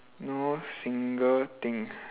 do single thing